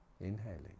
inhaling